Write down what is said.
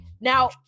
Now